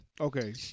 Okay